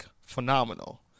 phenomenal